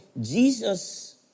Jesus